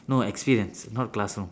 no experience not classroom